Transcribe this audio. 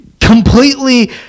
completely